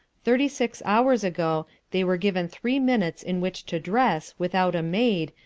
thirty-six hours ago, they were given three minutes in which to dress, without a maid,